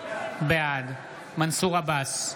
בעד מנסור עבאס,